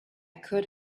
could